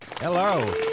Hello